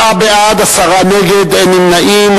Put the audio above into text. בעד, 4, נגד, 10, אין נמנעים.